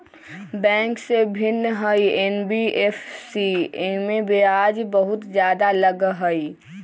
Bank से भिन्न हई एन.बी.एफ.सी इमे ब्याज बहुत ज्यादा लगहई?